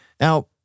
Now